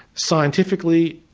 scientifically,